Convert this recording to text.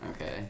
Okay